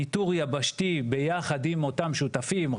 ניתור יבשתי יחד עם אותם שותפים,